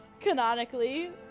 canonically